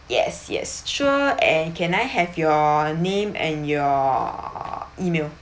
yes yes sure and can I have your name and your email